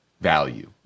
value